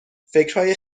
فکرهای